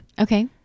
Okay